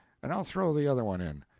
and i'll throw the other one in.